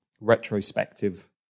retrospective